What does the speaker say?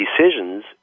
decisions